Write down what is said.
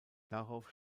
darauf